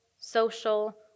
social